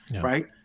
right